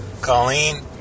Colleen